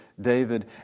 David